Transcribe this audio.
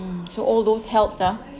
so all those helps ah